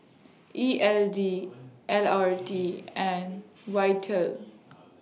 E L D L R T and Vital